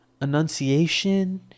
Annunciation